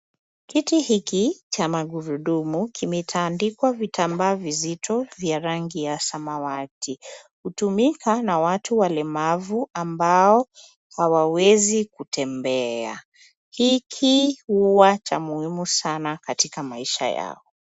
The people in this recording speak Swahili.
Kiti hiki cha magurudumu kimetandikwa vitambaa vizito vya rangi ya samawati. Hutumika na watu walemavu ambao hawawezi kutembea. Hiki huwa cha muhimu sana katika maisha yao.